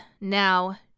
now